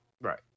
Right